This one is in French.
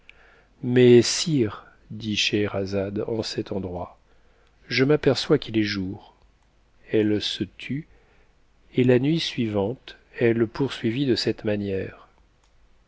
mais sire dit scheherazade en cet endroit je m'aperçois qu'il est jour elle se tut et ta nuit suivante elle poursuivit de t'ftte manière